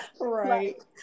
right